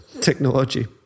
technology